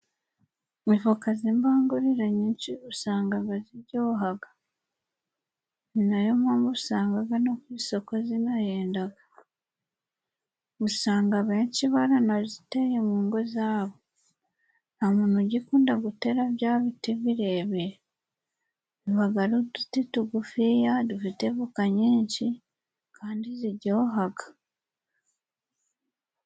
Ivoka z'imbagurire nyinshi usangaga ziryohaga. Ni nayo mpamvu usangaga no ku isoko zinahendaga. Usanga benshi baranaziteye mu ngo zabo. Nta muntu ugikunda gutera bya biti birebire. Bibaga ari uduti tugufiya dufite voka nyinshi kandi zijyohaga.